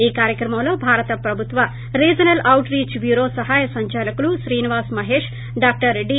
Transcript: ఈ కార్యక్రమంలో భారత ప్రభుత్వ రీజనల్ ఔట్ రీచ్ బ్యూరో సహాయ సందాలకులు శ్రీనివాస్ మహేష్ డాక్టర్ డి